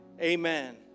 Amen